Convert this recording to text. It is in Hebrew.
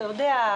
אתה יודע,